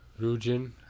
Rujin